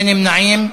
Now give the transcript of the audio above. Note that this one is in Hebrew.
בעד, 31, שני נמנעים.